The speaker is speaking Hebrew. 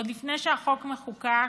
עוד לפני שהחוק מחוקק,